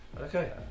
Okay